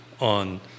on